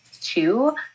two